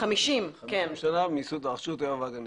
50 שנה --- רשות הטבע והגנים.